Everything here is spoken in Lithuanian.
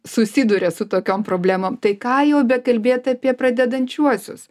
susiduria su tokiom problemom tai ką jau bekalbėt apie pradedančiuosius